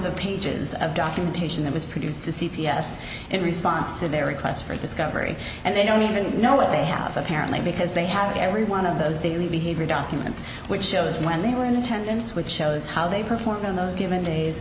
of pages of documentation that was produced to c p s in response to their requests for discovery and they don't even know what they have apparently because they have every one of those daily behavior documents which shows when they were in attendance which shows how they performed on those given days